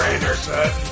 Anderson